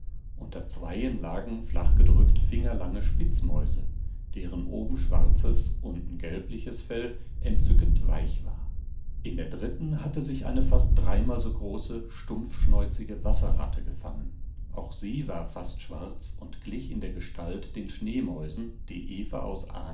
unter zweien lagen flachgedrückt fingerlange spitzmäuse deren oben schwarzes unten gelbliches fell entzückend weich war in der dritten hatte sich eine fast dreimal so große stumpfschnäuzige wasserratte gefangen auch sie war fast schwarz und glich in der gestalt den schneemäusen die eva aus